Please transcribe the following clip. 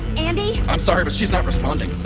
andi? i'm sorry, but she's not responding